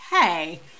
hey